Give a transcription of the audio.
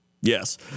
Yes